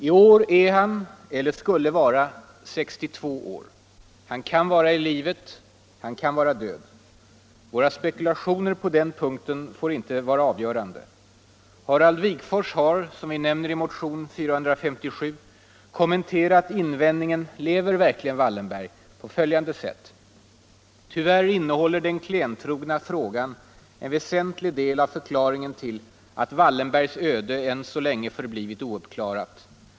I år är han — eller skulle vara — 62 år. Han kan vara i livet, han kan vara död. Våra spekulationer på den punkten får inte vara avgörande. Harald Wigforss har, som vi nämner i motionen 457, kommenterat invändningen ”Lever verkligen Wallenberg?” på följande sätt: ”Tyvärr innehåller den klentrogna frågan en väsentlig del av förklaringen till att Wallenbergs öde än så länge förblivit ouppklarat.